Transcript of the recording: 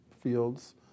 fields